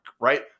right